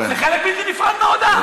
זה חלק בלתי נפרד מההודעה.